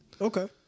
Okay